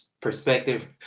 perspective